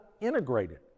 integrated